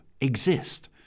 exist